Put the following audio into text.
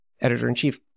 editor-in-chief